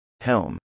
Helm